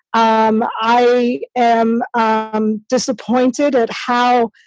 um i am and disappointed at how